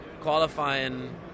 Qualifying